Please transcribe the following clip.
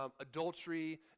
adultery